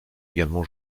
également